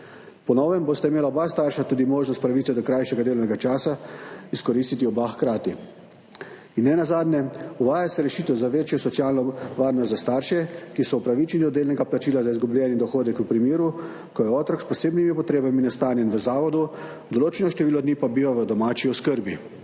Po novem bosta imela tudi oba starša hkrati možnost izkoristiti pravico do krajšega delovnega časa. In nenazadnje, uvaja se rešitev za večjo socialno varnost za starše, ki so upravičeni do delnega plačila za izgubljeni dohodek v primeru, ko je otrok s posebnimi potrebami nastanjen v zavodu, določeno število dni pa biva v domači oskrbi.